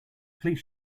please